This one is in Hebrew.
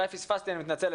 אולי פספסתי אני מתנצל,